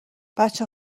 بچه